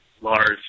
Lars